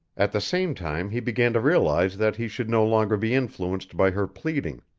at the same time he began to realize that he should no longer be influenced by her pleading.